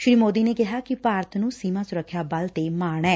ਸ੍ੀ ਮੋਦੀ ਨੇ ਕਿਹਾ ਕਿ ਭਾਰਤ ਨੁੰ ਸੀਮਾ ਸੁਰੱਖਿਆ ਬਲ ਤੇ ਮਾਣ ਐ